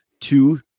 two